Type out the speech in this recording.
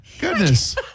goodness